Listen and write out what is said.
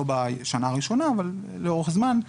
לא בשנה הראשונה אבל לאורך זמן,